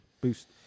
boost